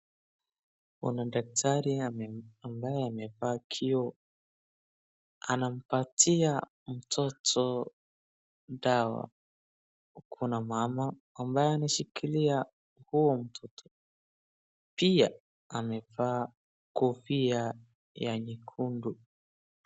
Kuna daktari ambaye amevaa kioo anampatia mtoto dawa, yuko na mama ambaye ameshikilia huyo mtoto, pia amevaa kofia ya nyekundu.